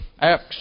Acts